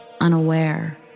unaware